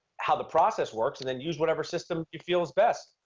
how the process works and then use whatever system you feel is best.